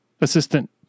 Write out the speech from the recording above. assistant